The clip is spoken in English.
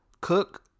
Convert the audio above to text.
cook